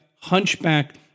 hunchback